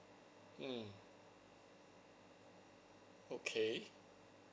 mm okay